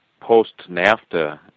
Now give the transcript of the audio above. post-NAFTA